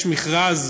יש מכרז